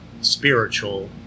spiritual